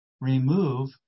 remove